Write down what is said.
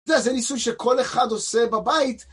אתה יודע, זה ניסוי שכל אחד עושה בבית.